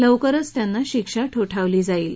लवकरच त्यांना शिक्षा ठोठावली जाईल